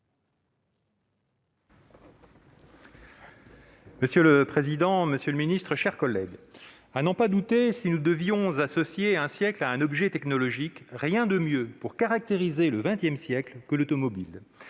Monsieur le président, monsieur le ministre, mes chers collègues, à n'en pas douter, si nous devions associer un siècle à un objet technologique, il n'y aurait rien de mieux pour caractériser le XX siècle que l'automobile,